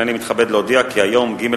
הנני מתכבד להודיע, כי היום, ג'